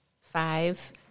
five